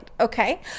Okay